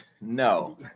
No